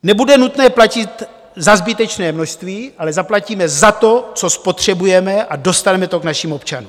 Nebude nutné platit nadbytečné množství, ale zaplatíme za to, co spotřebujeme, a dostaneme to k našim občanům.